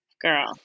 Girl